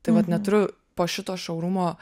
tai vat neturiu po šito šourumo